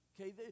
Okay